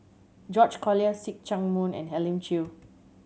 George Collyer See Chak Mun and Elim Chew